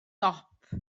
dop